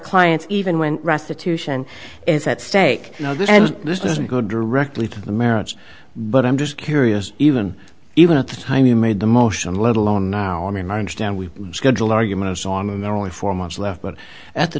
clients even when restitution is at stake and this doesn't go directly to the merits but i'm just curious even even at the time you made the motion let alone now i mean i understand we schedule arguments on and there are only four months left but at the